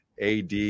AD